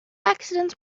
accidents